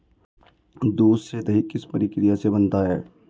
दूध से दही किस प्रक्रिया से बनता है?